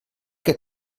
que